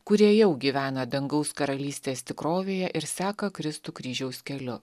kurie jau gyvena dangaus karalystės tikrovėje ir seka kristų kryžiaus keliu